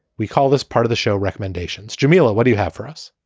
we call this part of the show recomendations. jameela. what do you have for us?